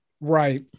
Right